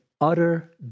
utter